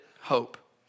hope